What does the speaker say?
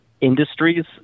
industries